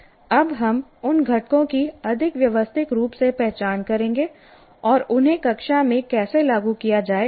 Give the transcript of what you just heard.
अब हम उन घटकों की अधिक व्यवस्थित रूप से पहचान करेंगे और उन्हें कक्षा में कैसे लागू किया जाए